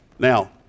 Now